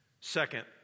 Second